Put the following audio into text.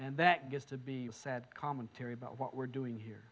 and that gets to be sad commentary about what we're doing here